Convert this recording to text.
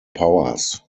powers